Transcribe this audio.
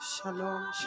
Shalom